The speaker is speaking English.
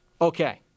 Okay